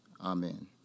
Amen